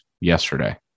yesterday